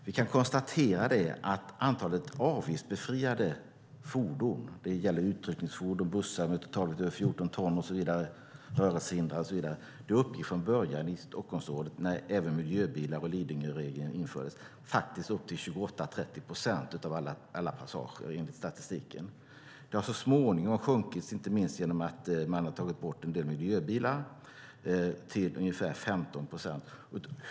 Vi kan konstatera att antalet avgiftsbefriade fordon - uttryckningsfordon, bussar med en totalvikt över 14 ton, fordon för rörelsehindrade och så vidare - uppgick från början i Stockholmsområdet när även undantag för miljöbilar samt Lidingöregeln infördes upp till 28-30 procent av alla passager, enligt statistiken. Det har så småningom sjunkit, inte minst genom att man har tagit bort en del miljöbilar, till ungefär 15 procent.